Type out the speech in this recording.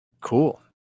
Cool